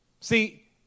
See